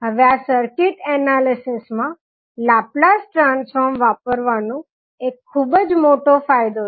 હવે આ circuit analysis માં લાપ્લાસ ટ્રાન્સફોર્મ વાપરવાનો એક ખુબ જ મોટો ફાયદો છે